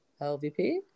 LVP